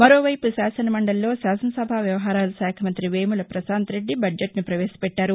మరోవూపు శాసన మండలిలో శాసనసభా వ్యవహారాల శాఖ మంతి వేముల పశాంత్రెడ్డి బడ్జెట్ను పవేశపెట్టారు